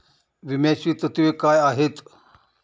विम्याची तत्वे काय आहेत?